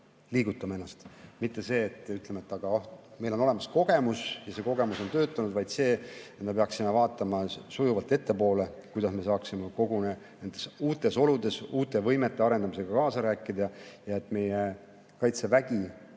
liigutama. Mitte see, et ütleme, et meil on olemas kogemus ja see kogemus on töötanud, vaid see, et me peaksime vaatama sujuvalt ettepoole, kuidas me saaksime nendes uutes oludes uute võimete arendamisega kaasa rääkida ja et meie Kaitsevägi